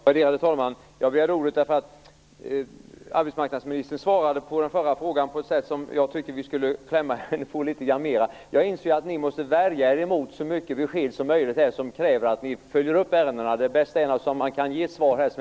Värderade talman! Jag begärde ordet därför att arbetsmarknadsministern på den senaste frågan svarade på ett sådant sätt att jag tycker att vi skall klämma henne på litet mera information. Jag inser att ni så mycket som möjligt måste värja er mot att ge besked som kräver att ni följer upp ärendena, men det bästa är naturligtvis om tillräckliga svar kan ges.